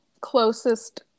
closest